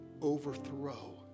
overthrow